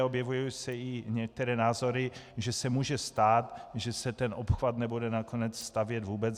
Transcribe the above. Objevují se i některé názory, že se může stát, že se obchvat nebude nakonec stavět vůbec.